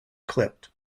clipped